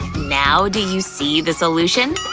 now do you see the solution?